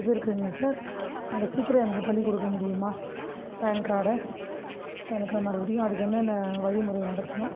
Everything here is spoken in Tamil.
இது இருக்குதுங்க சார் இதை சீக்கிரம் எனக்கு பண்ணி கொடுக்க முடியுமா பேன் கார்டை எனக்கு மறுபடியும் அதுக்கு என்னென்ன வழிமுறை நடத்தணும்